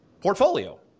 portfolio